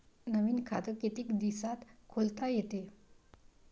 नवीन खात कितीक दिसात खोलता येते?